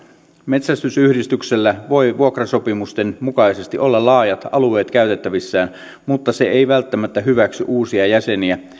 metsästysyhdistyksellä voi vuokrasopimusten mukaisesti olla laajat alueet käytettävissään mutta se ei välttämättä hyväksy uusia jäseniä